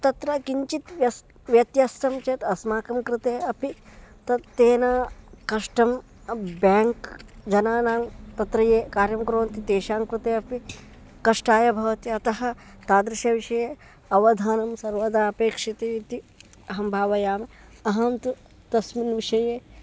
तत्र किञ्चित् व्यस् व्यत्यस् चेत् अस्माकं कृते अपि तत् तेन कष्टं ब्याङ्क् जनानां तत्र ये कार्यं कुर्वन्ति तेषां कृते अपि कष्टाय भवति अतः तादृशविषये अवधानं सर्वदा अपेक्ष्यते इति अहं भावयामि अहं तु तस्मिन् विषये